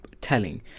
telling